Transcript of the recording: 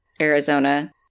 Arizona